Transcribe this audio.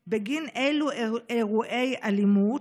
3. בגין אילו אירועי אלימות?